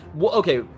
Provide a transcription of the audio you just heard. okay